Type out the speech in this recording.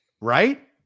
Right